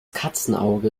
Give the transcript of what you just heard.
katzenauge